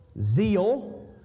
zeal